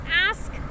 ask